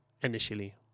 initially